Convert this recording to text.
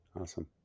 Awesome